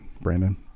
Brandon